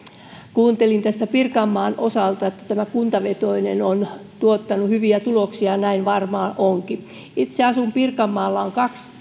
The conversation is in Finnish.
kuuntelin tässä pirkanmaan osalta että tämä kuntavetoinen on tuottanut hyviä tuloksia näin varmaan onkin itse asun pirkanmaalla jossa on